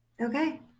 Okay